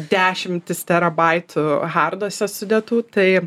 dešimtis terabaitų harduose sudėtų tai